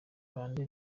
bande